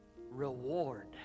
Reward